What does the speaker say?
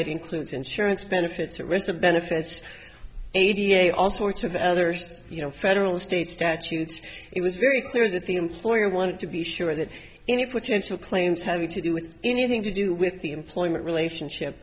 it includes insurance benefits arista benefits a t a i all sorts of others you know federal state statutes it was very clear that the employer wanted to be sure that any potential claims having to do with anything to do with the employment relationship